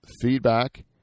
Feedback